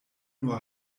nur